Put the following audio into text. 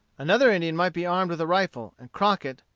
another indian might be armed with a rifle, and crockett,